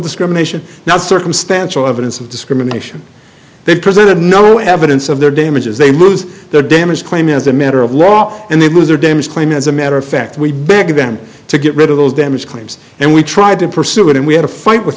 discrimination not circumstantial evidence of discrimination they presented no evidence of their damages they lose their damage claim as a matter of law and they lose their damage claim as a matter of fact we begged them to get rid of those damage claims and we tried to pursue it and we had a fight with